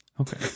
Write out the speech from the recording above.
Okay